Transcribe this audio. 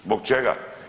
Zbog čega?